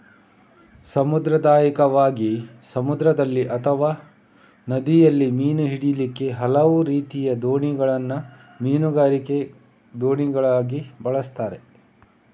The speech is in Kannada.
ಸಾಂಪ್ರದಾಯಿಕವಾಗಿ ಸಮುದ್ರದಲ್ಲಿ ಅಥವಾ ನದಿಯಲ್ಲಿ ಮೀನು ಹಿಡೀಲಿಕ್ಕೆ ಹಲವು ರೀತಿಯ ದೋಣಿಗಳನ್ನ ಮೀನುಗಾರಿಕೆ ದೋಣಿಗಳಾಗಿ ಬಳಸ್ತಾರೆ